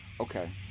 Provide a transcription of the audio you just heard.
Okay